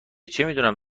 چمیدونم